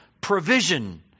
provision